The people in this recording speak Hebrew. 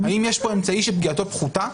האם יש פה אמצעי שפגיעתו פחותה?